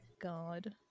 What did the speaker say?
God